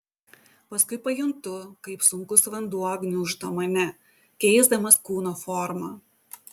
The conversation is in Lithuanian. paskui pajuntu kaip sunkus vanduo gniuždo mane keisdamas kūno formą